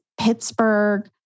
Pittsburgh